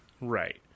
Right